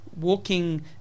walking